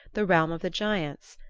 the realm of the giants.